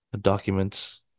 documents